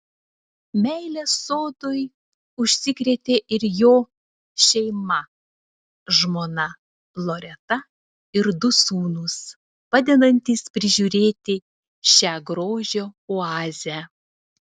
meile sodui užsikrėtė ir jo šeima žmona loreta ir du sūnūs padedantys prižiūrėti šią grožio oazę